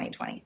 2020